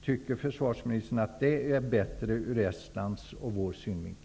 Tycker försvarsministern att det är bättre ur Estlands och vår synvinkel?